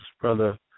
brother